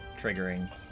triggering